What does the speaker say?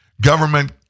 Government